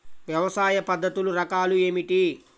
వ్యవసాయ పద్ధతులు రకాలు ఏమిటి?